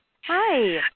hi